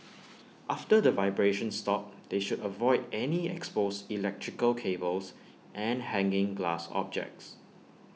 after the vibrations stop they should avoid any exposed electrical cables and hanging glass objects